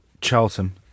Charlton